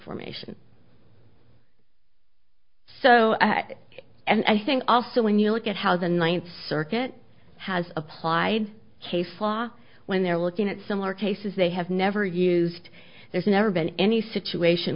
formation so and i think also when you look at how the ninth circuit has applied case law when they're looking at similar cases they have never used there's never been any situation